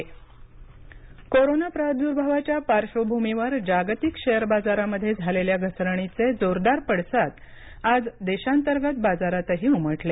share कोरोनाच्या प्रादुर्भावाच्या पार्श्वभूमीवर जागतिक शेअर बाजारामधे झालेल्या घसरणीचे जोरदार पडसाद आज देशांतर्गत बाजारातही उमटले